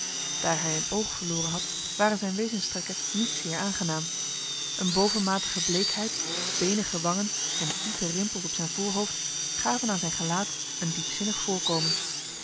daar hij een oog verloren had waren zijn wezenstrekken niet zeer aangenaam een bovenmatige bleekheid benige wangen en diepe rimpels op zijn voorhoofd gaven aan zijn gelaat een diepzinnig voorkomen